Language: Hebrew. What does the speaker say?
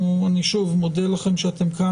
הבנו שיש מעונות,